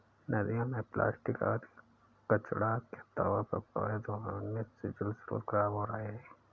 नदियों में प्लास्टिक आदि कचड़ा के तौर पर प्रवाहित होने से जलस्रोत खराब हो रहे हैं